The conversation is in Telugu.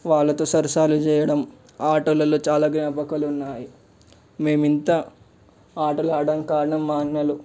వాళ్ళతో సరసాలు చెయ్యడం ఆటలలో చాలా జ్ఞాపకాలు ఉన్నాయి మేము ఇంత ఆటలు ఆడడానికి కారణం మా అన్నలు